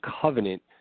covenant